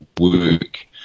work